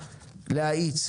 להאיץ,